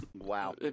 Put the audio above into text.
wow